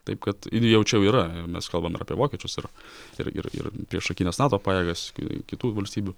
taip kad ir jau čia yra ir mes kalbam ir apie vokiečius ir ir ir ir priešakines nato pajėgas ki kitų valstybių